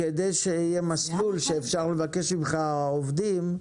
כדי שיהיה מסלול שאפשר לבקש ממך עובדים,